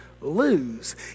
lose